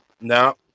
No